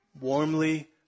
Warmly